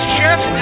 Chef